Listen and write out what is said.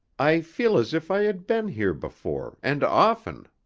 i feel as if i had been here before, and often,